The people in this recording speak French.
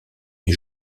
les